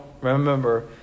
remember